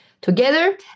Together